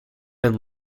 and